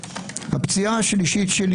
הפציעה השלישית שלי